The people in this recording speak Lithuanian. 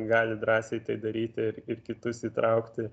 gali drąsiai tai daryti ir ir kitus įtraukti